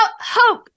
hope